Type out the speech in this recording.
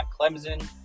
Clemson